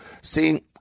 See